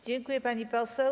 Dziękuję, pani poseł.